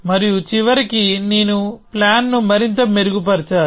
మరియు చివరికి నేను ప్లాన్ ను మరింత మెరుగుపరచాలి